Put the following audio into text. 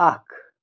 اَکھ